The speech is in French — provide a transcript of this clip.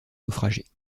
naufragés